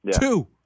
Two